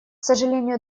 сожалению